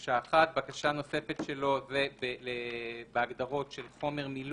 בקשה נוספת שלו זה בהגדרות של חומר מילוי.